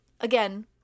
again